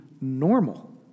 normal